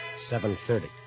Seven-thirty